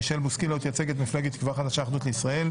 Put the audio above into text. מישל בוסקילה ותייצג את מפלגת תקווה חדשה-אחדות לישראל.